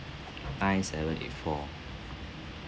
nine seven eight four